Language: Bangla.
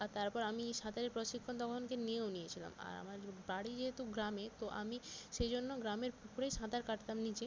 আর তারপর আমি সাঁতারের প্রশিক্ষণ তখনকে নিয়েও নিয়েছিলাম আর আমার বাড়ি যেহেতু গ্রামে তো আমি সেই জন্য গ্রামের পুকুরেই সাঁতার কাটতাম নিজে